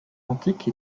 antique